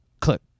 Click